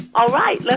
all right,